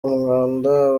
umwanda